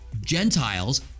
Gentiles